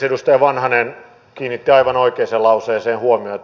edustaja vanhanen kiinnitti aivan oikeaan lauseeseen huomiota